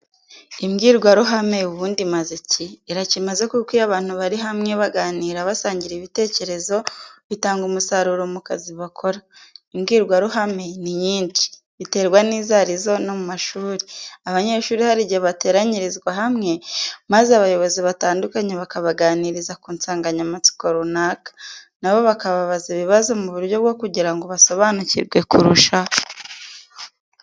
Imbwirwaruhame ubundi imaze iki? Irakimaze kuko iyo abantu bari hamwe baganira basangira ibitekerezo bitanga umusaruro mu kazi bakora. Imbwirwaruhame ni nyinshi biterwa n'izo ari zo no mu mashuri, abanyeshuri hari igihe bateranyirizwa hamwe maze abayobozi batandukanye bakabaganiriza ku nsanganyamatsiko runaka na bo bakabaza ibibazo mu buryo bwo kugira ngo basobanukirwe kurusha.